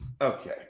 Okay